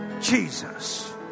Jesus